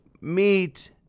meet